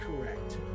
correct